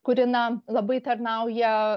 kuri na labai tarnauja